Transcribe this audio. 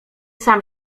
sam